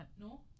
no